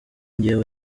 njyewe